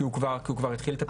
כי הוא כבר התחיל לטפל בזה.